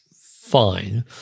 fine